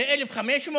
זה 1,500,